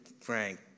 Frank